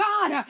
God